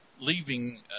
leaving